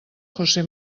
josé